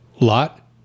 Lot